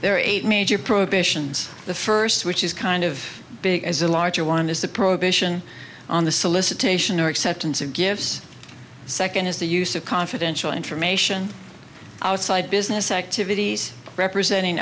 are eight major prohibitions the first which is kind of big as a larger one is the prohibition on the solicitation or acceptance of gifts second is the use of confidential information outside business activities representing